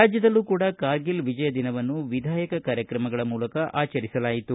ರಾಜ್ಯದಲ್ಲೂ ಕೂಡಾ ಕಾರ್ಗಿಲ್ ವಿಜಯ ದಿನವನ್ನು ವಿಧಾಯಕ ಕಾರ್ಯಕ್ರಮಗಳ ಮೂಲಕ ಆಚರಿಸಲಾಯಿತು